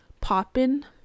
poppin